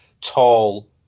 tall